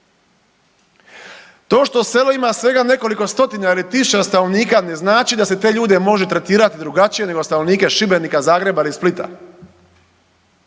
To što selo ima svega nekoliko stotina ili tisuća stanovnika ne znači da se te ljude može tretirati drugačije nego stanovnike Šibenika, Zagreba ili Splita.